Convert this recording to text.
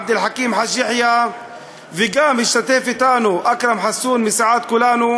עבד אל חכים חאג' יחיא וגם משתתף אתנו אכרם חסון מסיעת כולנו,